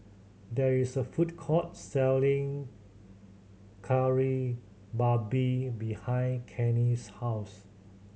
there is a food court selling Kari Babi behind Kenny's house